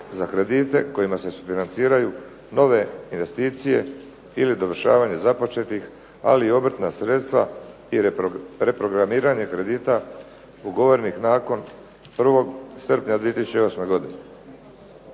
za kredite kojima se sufinanciraju nove investicije, ili dovršavanje započetih ali i obrtna sredstva i reprogramiranje kredita ugovorenih nakon 1. srpnja 2008. godine.